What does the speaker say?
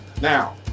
now